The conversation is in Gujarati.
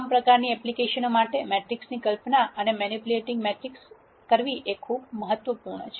તમામ પ્રકારની એપ્લિકેશનો માટે મેટ્રિક્સની કલ્પના અને મેનિપ્યુલેટીંગ મેટ્રિક્સ ખૂબ મહત્વપૂર્ણ છે